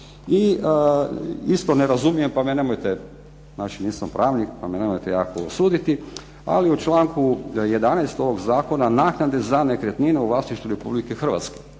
Isto ne razumijem, pa me nemojte, nisam pravnik, pa me nemojte jako osuditi ali u članku 11. ovog Zakona naknade za nekretnine u vlasništvu Republike Hrvatske.